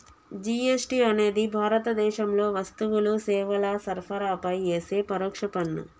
GST అనేది భారతదేశంలో వస్తువులు, సేవల సరఫరాపై యేసే పరోక్ష పన్ను